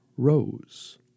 Rose